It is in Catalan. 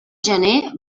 gener